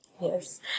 Yes